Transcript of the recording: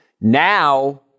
now